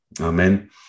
Amen